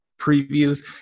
previews